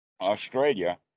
Australia